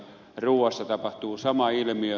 ruuassa tapahtuu sama ilmiö